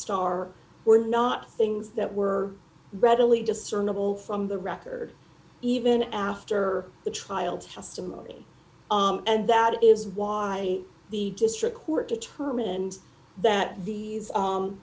star were not things that were readily discernible from the record even after the trial testimony and that is why the district court determined that the